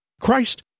Christ